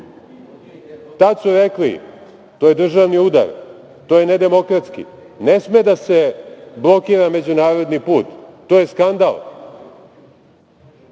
Tada su rekli - to je državni udar, to je nedemokratski, ne sme da se blokira međunarodni put, to je skandal.